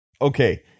okay